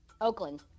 Oakland